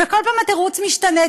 וכל פעם התירוץ משתנה.